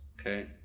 Okay